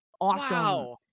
Awesome